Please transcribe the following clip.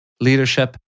leadership